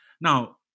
Now